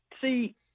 See